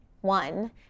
One